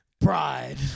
pride